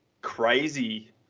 crazy